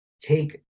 take